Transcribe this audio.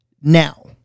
now